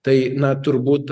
tai na turbūt